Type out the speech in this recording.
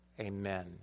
amen